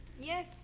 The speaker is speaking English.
yes